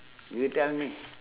you tell me